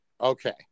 Okay